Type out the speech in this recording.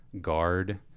guard –